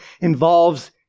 involves